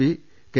P K